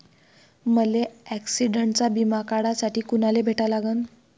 मले ॲक्सिडंटचा बिमा काढासाठी कुनाले भेटा लागन?